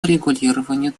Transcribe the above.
урегулированию